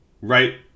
right